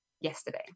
yesterday